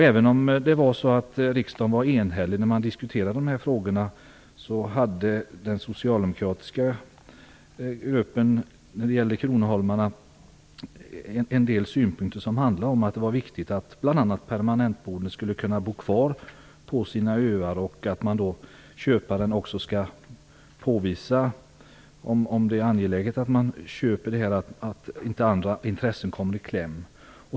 Även om det var så att riksdagen var enig när man diskuterade de här frågorna, hade den socialdemokratiska gruppen en del synpunkter när det gällde kronoholmarna som handlade om att det bl.a. är viktigt att permanentboende skulle kunna bo kvar på sina öar och att en köpare skall kunna påvisa att det är angeläget att köpa och att inte andra intressen kommer i kläm.